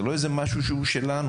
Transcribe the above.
זה לא איזה משהו שהוא שלנו,